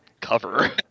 cover